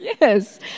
Yes